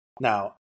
Now